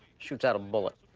shoots out a bullet.